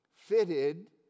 fitted